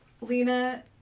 Lena